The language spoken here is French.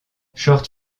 short